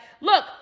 look